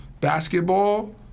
basketball